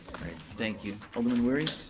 thank you. alderman wery?